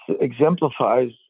exemplifies